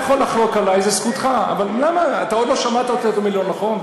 לא, אבל הנתונים שהוא מביא, זה לא נכון.